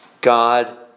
God